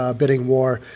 ah bidding war,